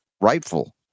rightful